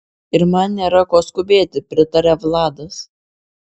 ir man nėra ko skubėti pritaria vladas